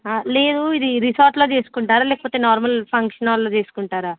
లేదు ఇది రిసార్ట్లో చేసుకుంటారా లేకపోతే నార్మల్ ఫంక్షన్ హాల్లో తీసుకుంటారా